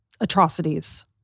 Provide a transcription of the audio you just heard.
atrocities